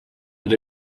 had